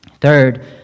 Third